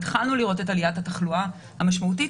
התחלנו לראות את עליית התחלואה המשמעותית,